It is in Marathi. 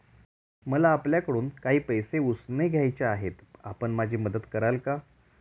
मला आपल्याकडून काही पैसे उसने घ्यायचे आहेत, आपण माझी मदत कराल का?